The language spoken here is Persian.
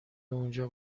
اونجا